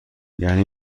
یعنی